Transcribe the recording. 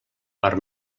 per